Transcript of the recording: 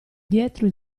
dietro